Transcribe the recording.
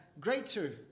greater